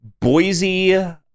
Boise